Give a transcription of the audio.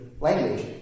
language